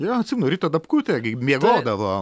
jo atsimenu rita dapkutė miegodavo